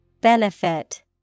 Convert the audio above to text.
Benefit